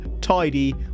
tidy